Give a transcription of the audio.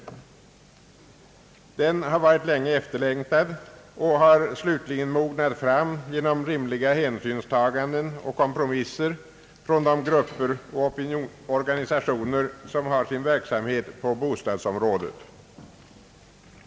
Den har varit länge efterlängtad och har slutligen mognat fram genom rimliga hänsynstaganden och kompromisser från de grupper och organisationer som har sin verksamhet på bostadsområdet.